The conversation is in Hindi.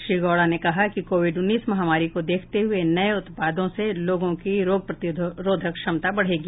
श्री गौडा ने कहा कि कोविड उन्नीस महामारी को देखते हुए इन नए उत्पादों से लोगों की रोग प्रतिरोधक क्षमता बढेगी